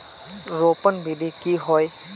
रोपण विधि की होय?